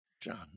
john